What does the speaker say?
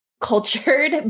cultured